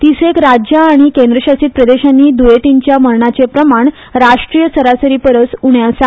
तिसेक राज्यां आनी केंद्रशासीत प्रदेशांनी द्येंतींच्या मरणाचें प्रमाण राष्ट्रीय सरासरीपरस उणें आसा